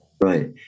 Right